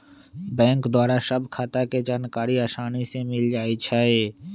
bank द्वारा सभ खता के जानकारी असानी से मिल जाइ छइ